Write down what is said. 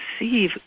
receive